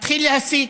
ומתחיל להסית.